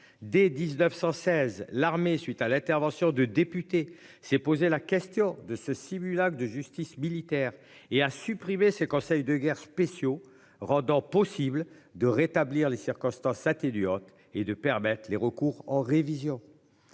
dès 1916 l'armée suite à l'intervention de députés s'est posé la question de ce simulacre de justice militaire et à supprimer ses conseils de guerre spéciaux rendant possible de rétablir les circonstances atténuantes et de permettre les recours en révision.